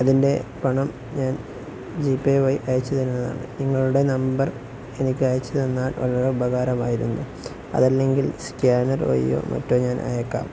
അതിൻ്റെ പണം ഞാൻ ജിപേ വഴി അയച്ചുതരുന്നതാണ് നിങ്ങളുടെ നമ്പർ എനിക്ക് അയച്ചുതന്നാൽ വളരെ ഉപകാരമായിരുന്നു അതല്ലെങ്കിൽ സ്കാനർ വഴിയോ മറ്റോ ഞാൻ അയയ്ക്കാം